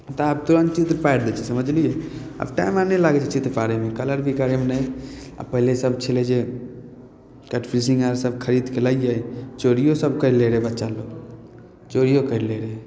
तऽ आब तुरन्त चित्र पाड़ि दै छिए समझलिए आब टाइम आओर नहि लागै छै चित्र पाड़ैमे कलर भी करैमे नहि आओर पहिले सब छलै जे कटपेनसिल आर सब खरिदकऽ लैए चोरिओ सब करि लै रहै बच्चालोक चोरिओ करि लै रहै